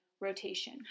rotation